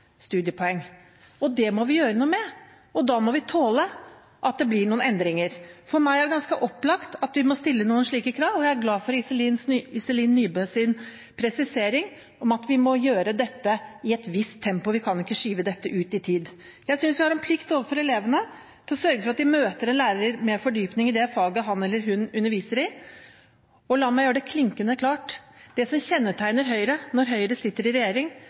studiepoeng. Det må vi gjøre noe med, og da må vi tåle at det blir noen endringer. For meg er det ganske opplagt at vi må stille noen slike krav, og jeg er glad for Iselin Nybøs presisering om at vi må gjøre dette i et visst tempo – vi kan ikke skyve dette ut i tid. Jeg synes vi har en plikt overfor elevene til å sørge for at de møter en lærer med fordypning i det faget han eller hun underviser i. La meg gjøre det klinkende klart: Det som kjennetegner Høyre når Høyre sitter i regjering,